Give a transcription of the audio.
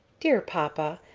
dear papa!